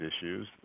issues